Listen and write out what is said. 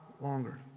longer